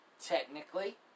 Technically